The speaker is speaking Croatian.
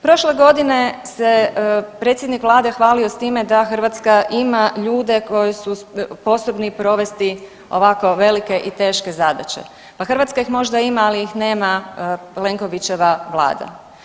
Prošle godine se predsjednik vlade hvalio s time da Hrvatska ima ljude koji su sposobni provesti ovako velike i teške zadaće, pa Hrvatska ih možda ima, ali ih nema Plenkovićeva vlada.